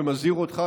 ומזהיר אותך,